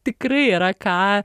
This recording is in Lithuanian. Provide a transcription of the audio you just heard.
tikrai yra ką